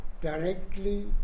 directly